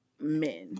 men